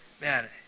man